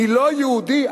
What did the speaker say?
מלא-יהודי?